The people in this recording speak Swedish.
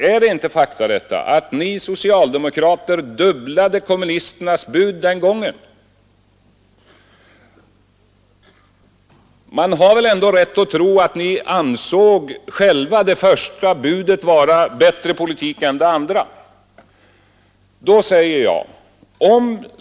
Är det inte ett faktum att ni socialdemokrater dubblade kommunisternas bud den gången? Man har väl ändå rätt att tro att ni själva ansåg det första budet vara bättre politik än det andra.